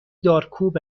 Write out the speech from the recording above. دارکوب